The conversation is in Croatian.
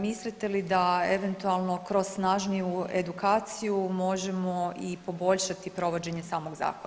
Mislite li da eventualno kroz snažniju edukaciju možemo i poboljšati provođenje samog zakona.